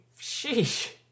sheesh